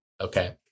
okay